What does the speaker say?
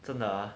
真的